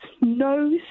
no